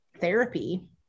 therapy